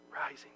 rising